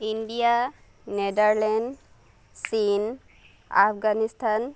India Netherland চীন আফানিস্থান